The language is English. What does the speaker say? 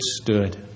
stood